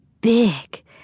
big